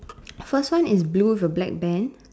first one is blue with a black band